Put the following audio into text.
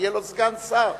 שיהיה לו סגן שר,